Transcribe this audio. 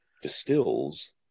Distills